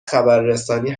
خبررسانی